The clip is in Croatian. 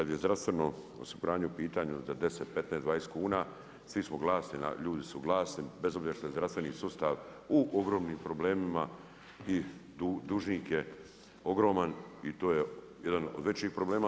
Da, kad je zdravstveno osiguranje u pitanju za 10, 15, 20 kuna svi smo glasni, ljudi su glasni, bez obzira što je zdravstveni sustav u ogromnim problemima i dužnik je ogroman i to je jedna od većih problema.